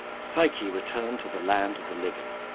psyche returned to the land of the living.